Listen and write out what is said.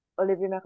Olivia